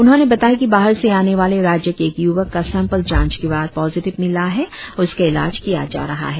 उन्होंने बताया कि बाहर से आने वाले राज्य के एक य्वक का सैंपल जांच के बाद पाजिटिव मिला है और उसका इलाज किया जा रहा है